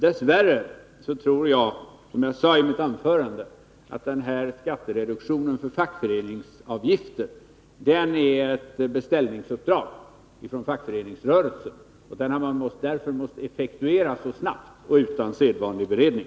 Dess värre tror jag, som jag sade i mitt anförande, att skattereduktionen för fackföreningsavgifter är ett beställningsuppdrag från fackföreningsrörelsen, och det har man effektuerat mycket snabbt och utan sedvanlig beredning.